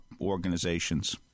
organizations